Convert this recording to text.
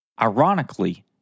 Ironically